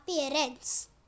appearance